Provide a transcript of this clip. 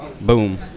Boom